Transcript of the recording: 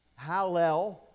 hallel